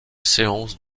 séance